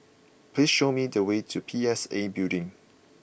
please show me the way to P S A Building